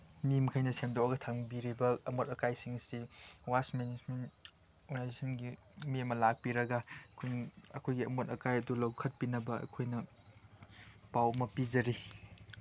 ꯃꯤ ꯃꯈꯩꯅ ꯁꯦꯡꯗꯣꯛꯑꯒ ꯊꯝꯕꯤꯔꯤꯕ ꯑꯝꯣꯠ ꯑꯀꯥꯏꯁꯤꯡꯁꯤ ꯋꯥꯁ ꯃꯦꯅꯦꯁꯃꯦꯟ ꯁꯤꯡꯒꯤ ꯃꯤ ꯑꯃ ꯂꯥꯛꯄꯤꯔꯒ ꯑꯩꯈꯣꯏꯒꯤ ꯑꯃꯣꯠ ꯑꯀꯥꯏ ꯑꯗꯨ ꯂꯧꯈꯠꯄꯤꯅꯕ ꯑꯩꯈꯣꯏꯅ ꯄꯥꯎ ꯑꯃ ꯄꯤꯖꯔꯤ